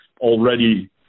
already